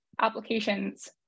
applications